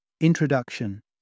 Introduction